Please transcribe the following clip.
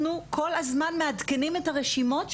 אנחנו כל הזמן מעדכנים את הרשימות שלנו,